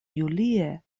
julie